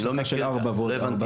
הפסקה של ארבע ועוד ארבע.